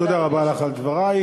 תודה רבה לך על דברייך.